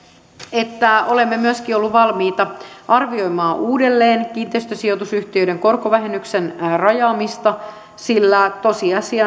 että olemme myöskin olleet valmiita arvioimaan uudelleen kiinteistösijoitusyhtiöiden korkovähennyksen rajaamista sillä tosiasia